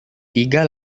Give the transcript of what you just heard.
tiga